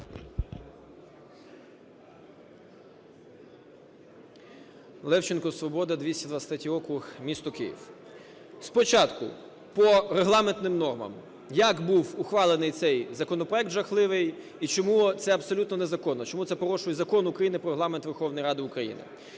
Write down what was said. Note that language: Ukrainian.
Левченко, "Свобода", 223 округ, місто Київ. Спочатку по регламентним нормам, як був ухвалений цей законопроект, жахливий, і чому це абсолютно незаконно, чому це порушує Закон України "Про Регламент Верховної Ради України"